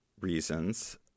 reasons—